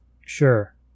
sure